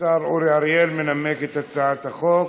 השר אורי אריאל מנמק את הצעת החוק.